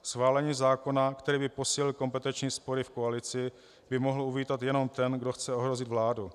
Schválení zákona, který by posílil kompetenční spory v koalici, by mohl uvítat jenom ten, kdo chce ohrozit vládu.